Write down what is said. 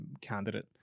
candidate